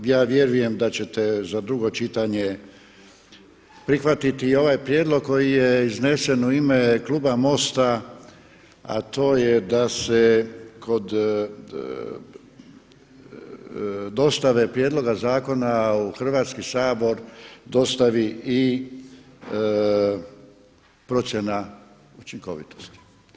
Ja vjerujem da ćete za drugo čitanje prihvatiti i ovaj prijedlog koji je iznesen u ime kluba MOST-a a to je da se kod dostave prijedloga zakona u Hrvatski sabor dostavi i procjena učinkovitosti.